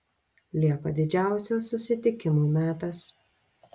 liepa didžiausių susitikimų metas